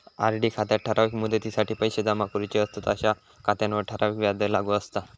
RD खात्यात ठराविक मुदतीसाठी पैशे जमा करूचे असतंत अशा खात्यांवर ठराविक व्याजदर लागू असता